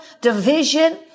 division